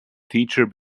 teacher